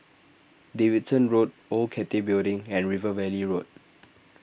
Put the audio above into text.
Davidson Road Old Cathay Building and River Valley Road